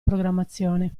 programmazione